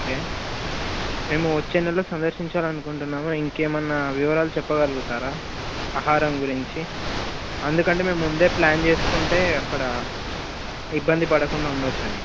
okay మేము వచ్చే నెలలో సందర్శించాలనుకుంటున్నాము ఇంకేమన్నా వివరాలు చెప్పగలుగుతారా ఆహారం గురించి ఎందుకంటే మేము ముందే ప్లాన్ చేసుకుంటే అక్కడ ఇబ్బంది పడకుండా ఉండొచ్చని